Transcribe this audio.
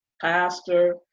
pastor